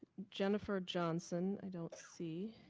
jennifer johnson, i don't see.